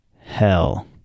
hell